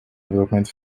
development